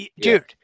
dude